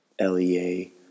LEA